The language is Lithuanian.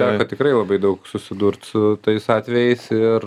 teko tikrai labai daug susidurt su tais atvejais ir